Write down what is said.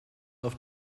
auf